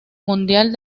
mundial